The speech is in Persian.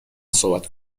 صحبت